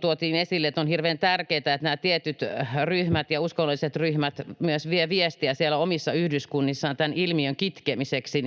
tuotiin esille, että on hirveän tärkeätä, että nämä tietyt ryhmät ja uskonnolliset ryhmät myös vievät viestiä siellä omissa yhdyskunnissaan tämän ilmiön kitkemiseksi,